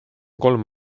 kolm